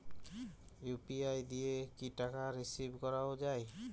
UPI দিয়ে কি টাকা রিসিভ করাও য়ায়?